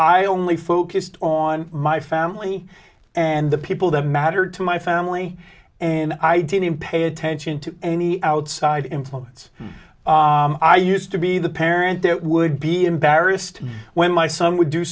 i only focused on my family and the people that mattered to my family and i didn't pay attention to any outside influence i used to be the parent that would be embarrassed when my son would do